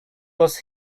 was